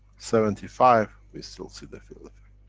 seventy five, we still see the field effect.